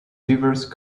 diverse